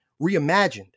reimagined